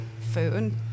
food